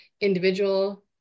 individual